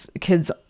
kids